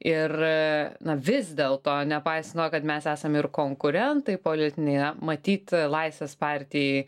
ir na vis dėlto nepaisant to kad mes esam ir konkurentai politinėje matyt laisvės partijai